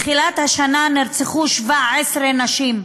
מתחילת השנה נרצחו 17 נשים,